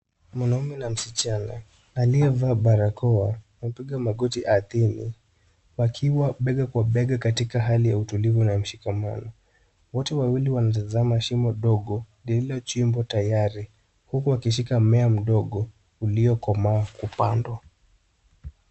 Mwanamume na msichana aliye vaa barakoa wamepiga magoti ardhini wakiwa bega kwa bega katika hali ya utulivu na ushikamano. Wote wawili manatazama shimo ndogo lililo chimbwa tayari huku wakishika mmea mdogo uliokamaa kupandwa.